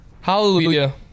Hallelujah